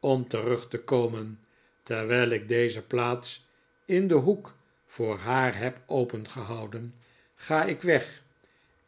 om terug te komen terwijl ik deze plaats in den hoek voor haar heb opengehouden ga ik weg